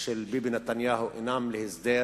של ביבי נתניהו אינם להסדר